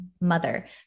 mother